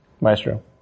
maestro